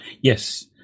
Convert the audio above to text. Yes